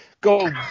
go